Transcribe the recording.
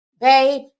babe